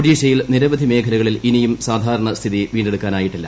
ഒഡീഷയിൽ നിരവധി മേഖലകളിൽ ഇനിയും സാധാരണ സ്ഥിതി വീ െ ടുക്കാനായിട്ടില്ല